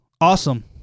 awesome